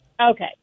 Okay